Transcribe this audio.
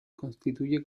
constituye